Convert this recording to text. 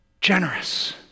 generous